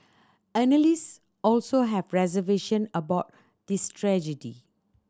analyst also have reservation about the strategy